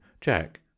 jack